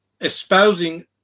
espousing